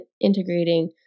integrating